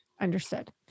Understood